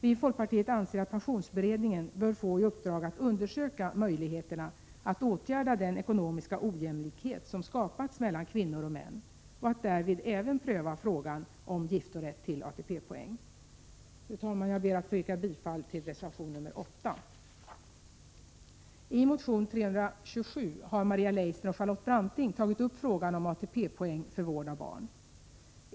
Vi i folkpartiet anser att pensionsberedningen bör få i uppdrag att undersöka möjligheterna att åtgärda den ekonomiska ojämlikhet som skapats mellan kvinnor och män och att därvid även pröva frågan om giftorätt till ATP-poäng. Fru talman! Jag ber att få yrka bifall till reservation 8. I motion 327 har Maria Leissner och Charlotte Branting tagit upp frågan om ATP-poäng för vård av barn.